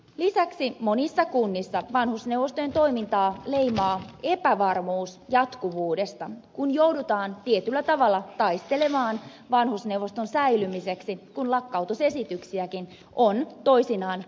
lisäksi monissa kunnissa vanhusneuvostojen toimintaa leimaa epävarmuus jatkuvuudesta kun joudutaan tietyllä tavalla taistelemaan vanhusneuvoston säilymiseksi kun lakkautusesityksiäkin on toisinaan kunnissa tehty